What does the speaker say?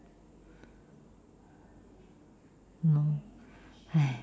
mm